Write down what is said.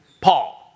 Paul